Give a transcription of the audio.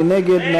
מי נגד?